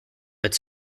its